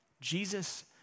Jesus